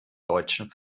deutschen